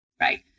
right